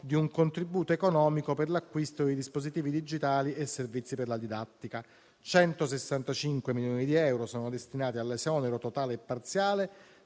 di un contributo economico per l'acquisto dei dispositivi digitali e per i servizi per la didattica; 165 milioni di euro sono destinati all'esonero totale e parziale